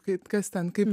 kaip kas ten kaip